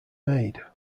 made